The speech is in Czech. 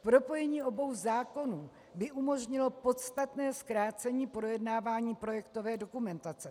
Propojení obou zákonů by umožnilo podstatné zkrácení projednávání projektové dokumentace.